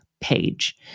page